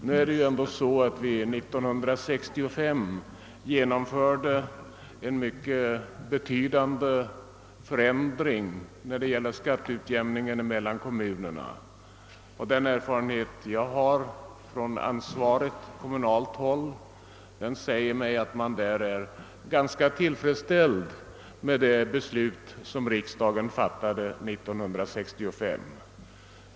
Nu är det ändå så att vi 1965 genomförde en mycket betydande förändring i skatteutjämningen mellan kommunerna. Den erfarenhet jag har säger mig att man på ansvarigt kommunalt håll är ganska tillfredsställd med det beslut som riksdagen fattade 1965.